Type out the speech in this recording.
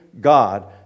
God